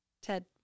Ted